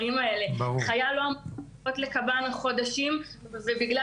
חייל לא אמור לחכות לקב"ן במשך חודשים ובגלל